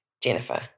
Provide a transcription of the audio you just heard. Jennifer